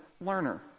learner